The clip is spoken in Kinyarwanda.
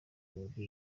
yumve